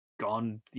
gone